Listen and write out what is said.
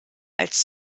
als